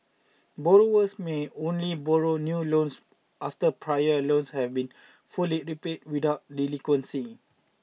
borrowers may only borrow new loans after prior loans have been fully repaid without delinquency